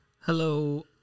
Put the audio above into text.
hello